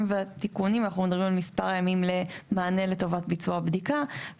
והתיקונים אנחנו מדברים על מספר ימי מענה לטובת ביצוע בדיקה.